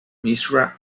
mishra